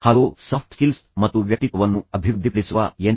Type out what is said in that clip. hello soft skills ಮತ್ತು ವ್ಯಕ್ತಿತ್ವವನ್ನು ಅಭಿವೃದ್ಧಿಪಡಿಸುವ ಎನ್